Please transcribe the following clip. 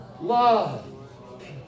Love